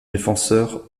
défenseur